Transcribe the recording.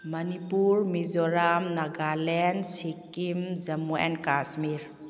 Manipur Mizoram Nagaland Sikkim Jammu and Kashmir